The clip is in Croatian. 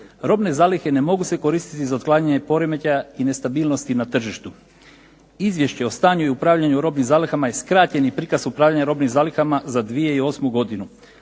Robne zalihe ne mogu se koristiti za otklanjanje poremećaja i nestabilnosti na tržištu. Izvješće o stanju i upravljanju robnim zalihama je skraćeni prikaz upravljanja robnim zalihama za 2008. godinu.